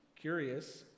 curious